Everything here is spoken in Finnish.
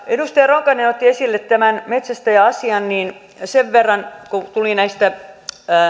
edustaja ronkainen otti esille tämän metsästäjäasian ja ja kun tuli näistä